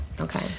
Okay